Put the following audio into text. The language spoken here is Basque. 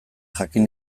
jakin